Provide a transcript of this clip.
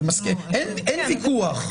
אין ויכוח.